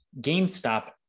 GameStop